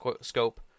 scope